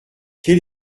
quel